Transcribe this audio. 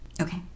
Okay